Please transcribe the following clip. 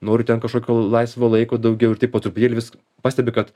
noriu ten kažkokio laisvo laiko daugiau ir taip po truputėlį vis pastebi kad